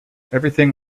everything